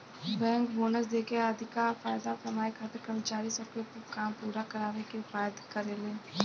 bank bonus देके अधिका फायदा कमाए खातिर कर्मचारी सब से काम पूरा करावे के उपाय करेले